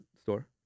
store